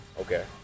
Okay